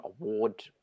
award